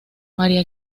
maría